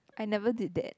I never did that